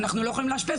אנחנו לא יכולים לאשפז,